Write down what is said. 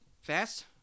fast